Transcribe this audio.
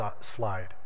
slide